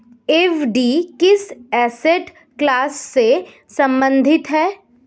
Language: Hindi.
एफ.डी किस एसेट क्लास से संबंधित है?